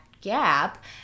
gap